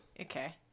Okay